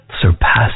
surpass